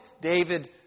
David